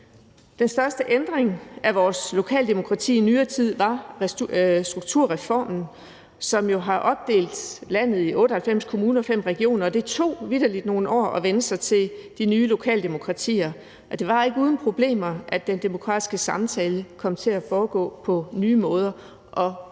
Den største ændring af vores lokaldemokrati i nyere tid var strukturreformen, som jo har opdelt landet i 98 kommuner og 5 regioner, og det tog vitterlig nogle år at vænne sig til de nye lokaldemokratier. Det var ikke uden problemer, at den demokratiske samtale kom til at foregå på nye måder, og nogle